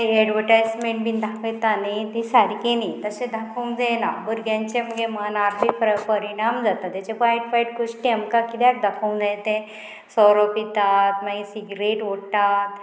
advertisement बीन दाखयता न्ही ती सारके न्ही तशें दाखोवंक जायना भुरग्यांचे मनारी परिणाम जाता तेचे वायट वायट गोश्टी आमकां किद्याक दाखोवंक जाय ते सोरो पितात मागीर सिगरेट ओडटात